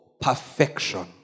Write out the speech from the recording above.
perfection